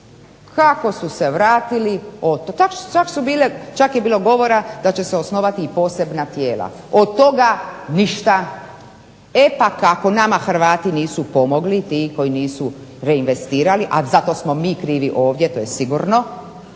Kako su se vratili, čak je bilo govora da će se osnovati i posebna tijela. Od toga ništa. E pa kako nama Hrvati nisu pomogli ti koji nisu reinvestirali, a zato smo mi krivi ovdje to je sigurno